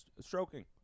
stroking